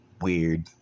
Weird